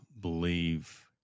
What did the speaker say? believe